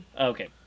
Okay